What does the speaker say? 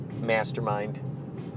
mastermind